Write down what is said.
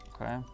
Okay